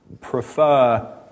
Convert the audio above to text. prefer